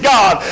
God